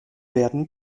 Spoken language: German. werden